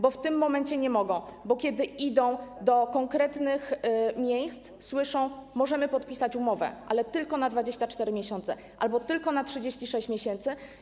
Bo w tym momencie nie mogą, bo kiedy idą do konkretnych miejsc, słyszą: możemy podpisać umowę, ale tylko na 24 miesiące albo tylko na 36 miesięcy.